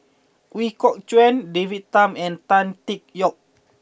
Ooi Kok Chuen David Tham and Tan Tee Yoke